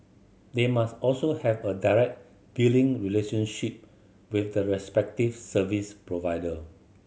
they must also have a direct billing relationship with the respective service provider